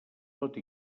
tot